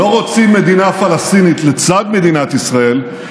לא רוצים מדינה פלסטינית לצד מדינת ישראל,